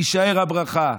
תישאר הברכה.